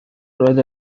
roedd